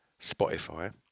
Spotify